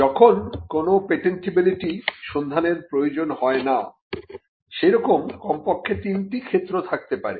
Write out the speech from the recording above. যখন কোন পেটেন্টিবিলিটি সন্ধানের প্রয়োজন হয় না সেরকম কমপক্ষে তিনটি ক্ষেত্র থাকতে পারে